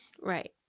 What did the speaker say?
Right